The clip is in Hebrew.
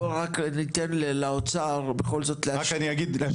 בוא רק ניתן לאוצר בכל זאת להשיב,